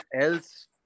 else